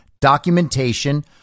documentation